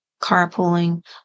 carpooling